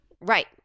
Right